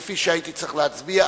כפי שהייתי צריך להצביע,